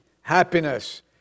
happiness